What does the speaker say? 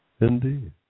Indeed